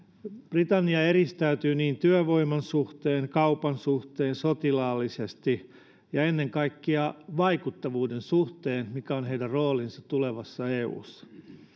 britannia eristäytyy niin työvoiman suhteen kaupan suhteen sotilaallisesti kuin ennen kaikkea vaikuttavuuden suhteen mikä on heidän roolinsa tulevassa eussa